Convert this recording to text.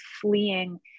fleeing